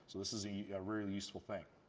so this is a very useful thing.